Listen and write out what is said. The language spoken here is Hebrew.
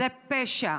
זה פשע,